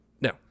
No